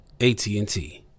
AT&T